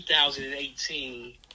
2018